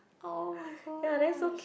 oh-my-gosh